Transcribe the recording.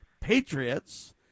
patriots